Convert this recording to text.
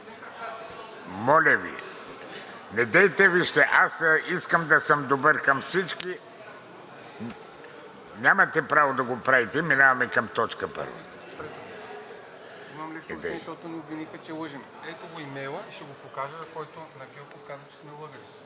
моля Ви, недейте. Искам да съм добър към всички. Нямате право да го правите. Преминаваме към точка първа.